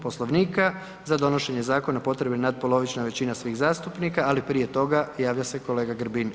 Poslovnika za donošenje zakona potrebna je nadpolovična većina svih zastupnika ali prije toga javlja se kolega Grbin.